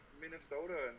Minnesota